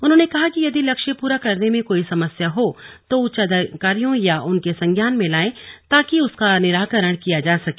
उन्होंने कहा कि यदि लक्ष्य पूरा करने में कोई समस्या हो तो उच्चाधिकारियों या उनके संज्ञान में लाये ताकि उसका निराकरण किया जा सके